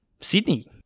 Sydney